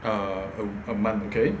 uh a a month okay